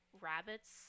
rabbits